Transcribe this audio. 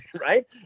Right